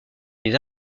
les